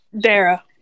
Dara